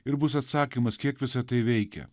ir bus atsakymas kiek visa tai veikia